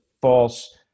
false